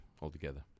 altogether